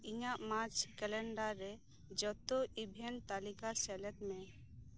ᱤᱧᱟᱹᱜ ᱢᱟᱡᱽ ᱠᱮᱞᱮᱱᱰᱟᱨ ᱨᱮ ᱡᱚᱷᱛᱚ ᱤᱵᱷᱮᱱᱴ ᱛᱟᱞᱤᱠᱟ ᱥᱮᱞᱮᱫ ᱢᱮ